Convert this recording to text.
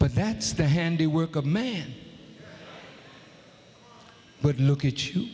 but that's the handiwork of men but look at you